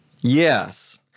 Yes